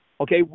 Okay